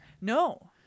No